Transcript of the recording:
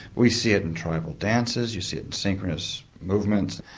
we see it in tribal dances, you see it in synchronous movements,